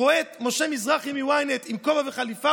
רואה את משה מזרחי מ-ynet עם כובע וחליפה,